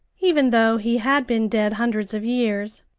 even though he had been dead hundreds of years.